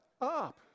up